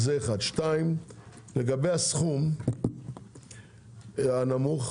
לגבי הסכום הנמוך,